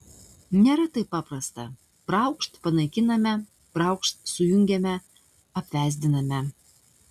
nėra taip paprasta braukšt panaikiname braukšt sujungiame apvesdiname